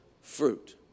fruit